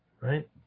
Right